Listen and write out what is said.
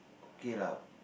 okay lah